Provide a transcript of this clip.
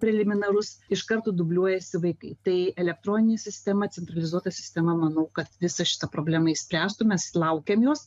preliminarus iš karto dubliuojasi vaikai tai elektroninė sistema centralizuota sistema manau kad visą šitą problemą išspręstų mes laukiam jos